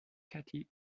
cathy